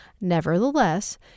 Nevertheless